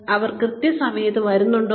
അവർ കൃത്യസമയത്ത് വരുന്നുണ്ടോ